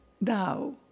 now